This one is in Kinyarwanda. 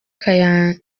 kayanja